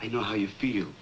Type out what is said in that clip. i know how you feel